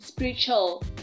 spiritual